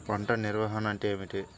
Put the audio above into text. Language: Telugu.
పంట నిర్వాహణ అంటే ఏమిటి?